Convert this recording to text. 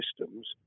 systems